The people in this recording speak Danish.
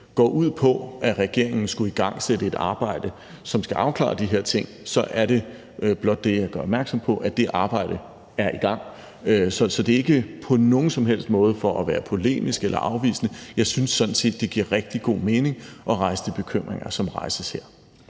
går ud på, at regeringen skulle igangsætte et arbejde, som skal afklare de her ting, så er det, jeg blot gør opmærksom på, at det arbejde er i gang. Så det er ikke på nogen som helst måde for at være polemisk eller afvisende. Jeg synes sådan set, det giver rigtig god mening at rejse de bekymringer, som rejses her.